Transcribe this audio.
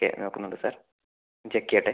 okay നോക്കുന്നുണ്ട് sir check ചെയ്യട്ടെ